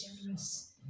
generous